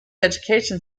education